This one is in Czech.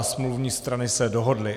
Smluvní strany se dohodly.